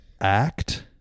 act